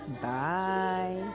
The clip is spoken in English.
bye